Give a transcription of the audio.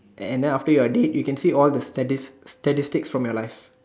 and then after you are dead you can see all the static statistic from your life